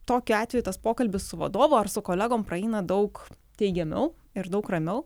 tokiu atveju tas pokalbis su vadovu ar su kolegom praeina daug teigiamiau ir daug ramiau